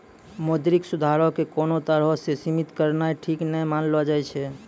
मौद्रिक सुधारो के कोनो तरहो से सीमित करनाय ठीक नै मानलो जाय छै